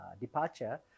departure